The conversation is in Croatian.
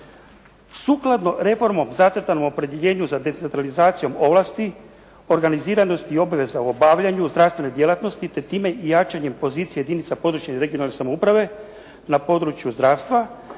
Sukladno reformom zacrtanom u opredjeljenju za decentralizacijom ovlasti, organiziranosti i obveza u obavljanju zdravstvene djelatnosti te time i jačanjem pozicije jedinica područne (regionalne) samouprave na području zdravstva